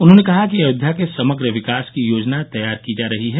उन्होंने कहा कि अयोध्या के समग्र विकास की योजना तैयार की जा रही है